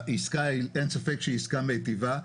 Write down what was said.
העסקה אין ספק שהיא עסקה מיטיבה.